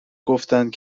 گفتند